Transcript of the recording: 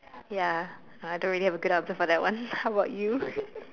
ya I don't really have a good object for that one how about you